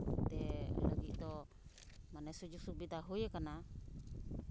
ᱛᱮ ᱞᱟᱹᱜᱤᱫ ᱫᱚ ᱢᱟᱱᱮ ᱥᱩᱡᱳᱜᱽ ᱥᱩᱵᱤᱫᱷᱟ ᱦᱩᱭ ᱠᱟᱱᱟ